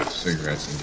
cigarettes